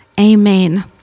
Amen